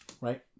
Right